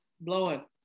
blowing